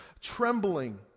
trembling